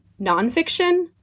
nonfiction